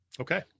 Okay